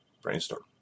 brainstorm